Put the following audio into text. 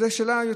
זו השאלה.